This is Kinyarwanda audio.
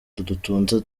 dutunze